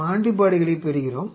நாம் ஆன்டிபாடிகளைப் பெறுகிறோம்